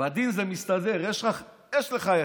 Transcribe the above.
בדין זה מסתדר, יש לך אתרוג,